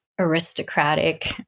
aristocratic